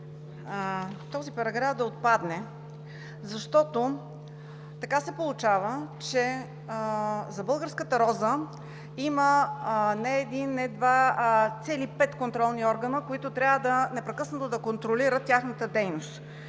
този параграф да отпадне, защото така се получава, че за българската роза има не един, не два, а цели пет контролни органа, които трябва непрекъснато да контролират тяхната дейност.